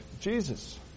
Jesus